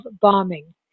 bombing